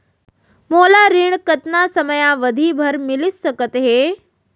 मोला ऋण कतना समयावधि भर मिलिस सकत हे?